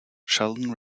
sheldon